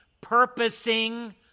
purposing